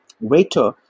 waiter